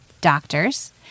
doctors